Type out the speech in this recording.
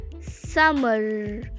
summer